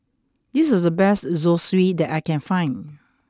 this is the best Zosui that I can find